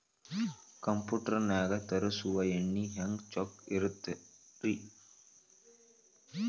Computer ನಾಗ ತರುಸುವ ಎಣ್ಣಿ ಹೆಂಗ್ ಚೊಕ್ಕ ಇರತ್ತ ರಿ?